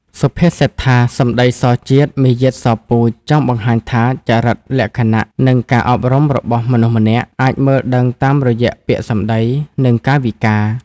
សុភាសិតថា «សម្ដីសជាតិ មារយាទសពូជ»ចង់បង្ហាញថា ចរិតលក្ខណៈ និងការអប់រំរបស់មនុស្សម្នាក់ អាចមើលដឹងតាមរយៈពាក្យសម្ដី និងកាយវិការ។